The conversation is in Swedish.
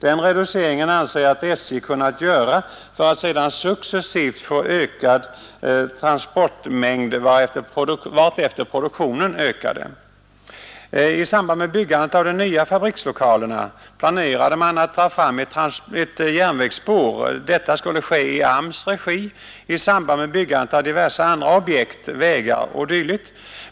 Den reduceringen anser jag att SJ skulle kunnat göra för att sedan successivt få ökad transportmängd vartefter produktionen ökade. I samband med byggandet av de nya fabrikslokalerna planerade man att dra fram ett järnvägsspår; detta skulle ske i AMS :s regi i samband med byggandet av diverse andra objekt — vägar o. d.